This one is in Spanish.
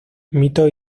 mitos